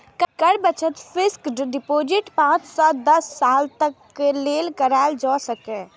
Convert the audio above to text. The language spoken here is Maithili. कर बचत फिस्क्ड डिपोजिट पांच सं दस साल तक लेल कराएल जा सकैए